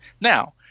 Now